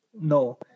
No